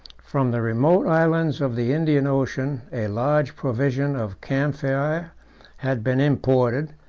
from the remote islands of the indian ocean a large provision of camphire had been imported,